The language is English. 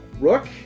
Rook